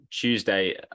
Tuesday